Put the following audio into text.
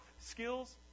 skills